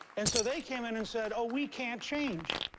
and so they came in and said, oh we can't change.